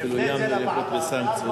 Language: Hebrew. אפילו איימנו לנקוט סנקציות,